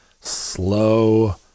slow